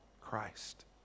Christ